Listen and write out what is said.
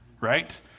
right